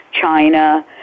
China